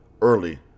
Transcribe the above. early